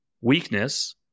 weakness